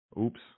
oops